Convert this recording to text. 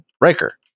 riker